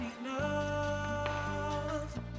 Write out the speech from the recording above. enough